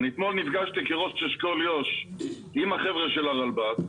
אתמול נפגשתי כראש אשכול יו"ש עם החבר'ה של הרלב"ד,